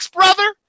brother